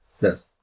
Yes